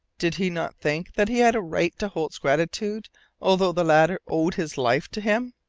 did he not think that he had a right to holt's gratitude although the latter owed his life to him?